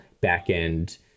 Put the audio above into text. back-end